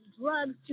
drugs